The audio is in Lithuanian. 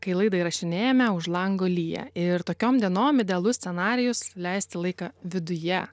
kai laidą įrašinėjame už lango lyja ir tokiom dienom idealus scenarijus leisti laiką viduje